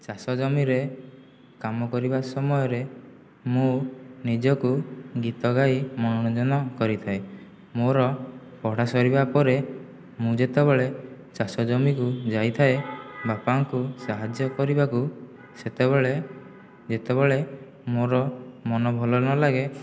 ଚାଷ ଜମିରେ କାମ କରିବା ସମୟରେ ମୁଁ ନିଜକୁ ଗୀତ ଗାଇ ମନୋରଞ୍ଜନ କରିଥାଏ ମୋର ପଢ଼ା ସରିବା ପରେ ମୁଁ ଯେତେବେଳେ ଚାଷ ଜମିକୁ ଯାଇଥାଏ ବାପାଙ୍କୁ ସହାଯ୍ୟ କରିବାକୁ ସେତେବେଳେ ଯେତେବେଳେ ମୋର ମନ ଭଲ ନଲାଗେ